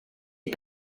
est